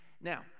Now